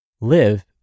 Live